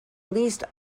least